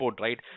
right